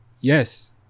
yes